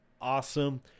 awesome